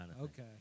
Okay